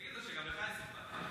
תגיד לו שגם לך,